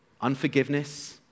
unforgiveness